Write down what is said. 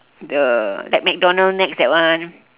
the like mcdonald nex that one